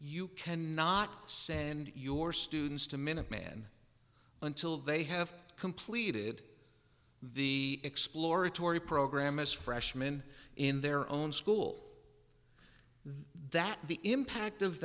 you cannot send your students to minuteman until they have completed the exploratory program is freshman in their own school that the impact of